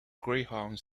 greyhound